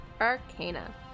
Arcana